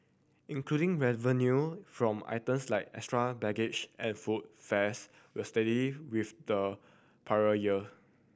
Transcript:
including revenue from items like extra baggage and food fares were steady with the prior year